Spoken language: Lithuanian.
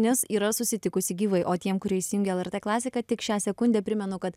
nes yra susitikusi gyvai o tiem kurie įsijungė el er tė klasiką tik šią sekundę primenu kad